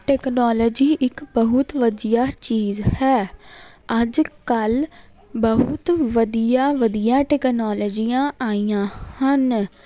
technology ਇੱਕ ਬਹੁਤ ਵਧੀਆ ਚੀਜ਼ ਹੈ ਅੱਜ ਕੱਲ੍ਹ ਬਹੁਤ ਵਧੀਆ ਵਧੀਆ ਟੈਕਨੋਲਜੀਆਂ ਆਈਆਂ ਹਨ